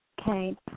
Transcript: Okay